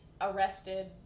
arrested